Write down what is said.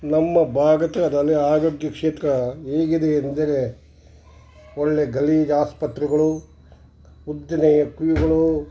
ನಮ್ಮ ಭಾರತದಲ್ಲಿ ಆರೋಗ್ಯ ಕ್ಷೇತ್ರ ಹೇಗಿದೆ ಎಂದರೆ ಒಳ್ಳೆ ಗಲೀಜು ಆಸ್ಪತ್ರೆಗಳು ಉದ್ದಿನ ಯಕ್ವಿಗಳು